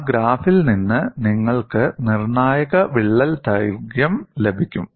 ആ ഗ്രാഫിൽ നിന്ന് നിങ്ങൾക്ക് നിർണ്ണായക വിള്ളൽ ദൈർഘ്യം ലഭിക്കും